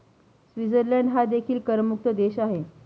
Switzerland हा देखील करमुक्त देश आहे